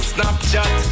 Snapchat